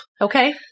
Okay